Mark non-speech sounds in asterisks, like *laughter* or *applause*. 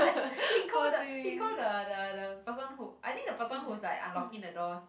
*laughs* he call the he call the the the person who I think the person whose like unlocking the doors